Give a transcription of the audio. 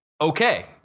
okay